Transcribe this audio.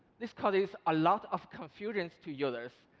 this causes a lot of confusion to users,